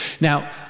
Now